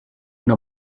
una